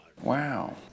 Wow